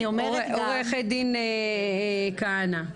עורכת דין כהנא,